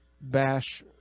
bash